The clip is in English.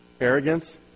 Arrogance